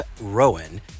Rowan